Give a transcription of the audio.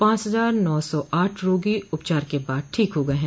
पांच हजार नौ सौ आठ रोगी उपचार के बाद ठीक हो गए हैं